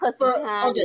Okay